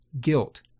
guilt